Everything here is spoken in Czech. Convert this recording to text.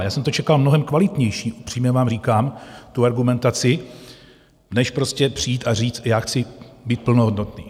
Já jsem to čekal mnohem kvalitnější, upřímně vám říkám tu argumentaci, než prostě přijít a říct: Chci být plnohodnotný.